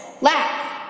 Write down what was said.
Laugh